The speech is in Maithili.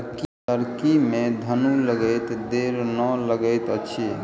लकड़ी में घुन लगैत देर नै लगैत अछि